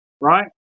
right